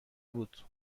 بود